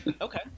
Okay